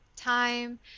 time